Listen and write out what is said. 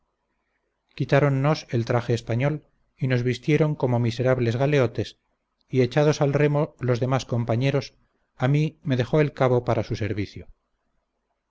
remos quitaronnos el traje español y nos vistieron como miserables galeotes y echados al remo los demás compañeros a mí me dejó el cabo para su servicio